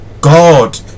God